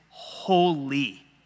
holy